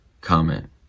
comment